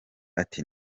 ati